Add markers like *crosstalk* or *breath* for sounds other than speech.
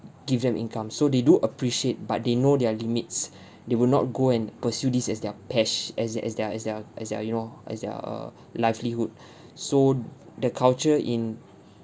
give them income so they do appreciate but they know their limits *breath* they will not go and pursue this as their pas~ as their as their as their as their you know as their uh *breath* livelihood *breath* so the culture in